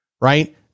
right